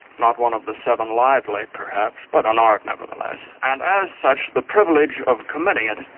not one of the seven lively perhaps, but an art nevertheless, and as such the privilege of committing it,